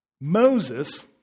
Moses